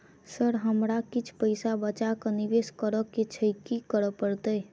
Sir हमरा किछ पैसा बचा कऽ निवेश करऽ केँ छैय की करऽ परतै?